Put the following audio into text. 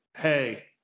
hey